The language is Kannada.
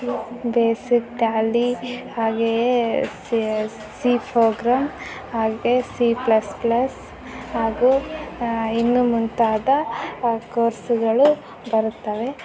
ಬೇಸಿಕ್ ಟ್ಯಾಲಿ ಹಾಗೆಯೇ ಸಿ ಸಿ ಪ್ರೋಗ್ರಾಮ್ ಹಾಗೆಯೇ ಸಿ ಪ್ಲಸ್ ಪ್ಲಸ್ ಹಾಗೂ ಇನ್ನೂ ಮುಂತಾದ ಕೋರ್ಸ್ಗಳು ಬರುತ್ತವೆ